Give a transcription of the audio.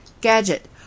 gadget